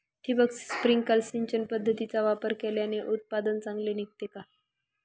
ठिबक, स्प्रिंकल सिंचन पद्धतीचा वापर केल्याने उत्पादन चांगले निघते का?